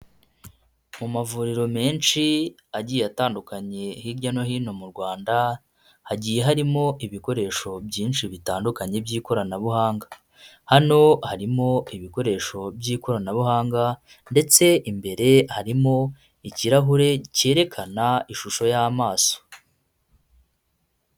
Mu mavuriro menshi agiye atandukanye hirya no hino mu Rwanda, hagiye harimo ibikoresho byinshi bitandukanye by'ikoranabuhanga. Hano harimo ibikoresho by'ikoranabuhanga, ndetse imbere harimo ikirahure cyerekana ishusho y'amaso.